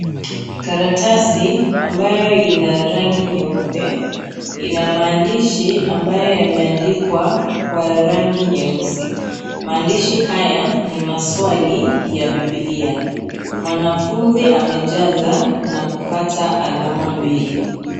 Karatasi ambayo ina rangi nyeupe ina maandishi ambayo yameandikwa kwa rangi nyeusi. Maandishi haya ni maswali ya bibilia. Mwanafunzi amejaza na kupata alama mbili.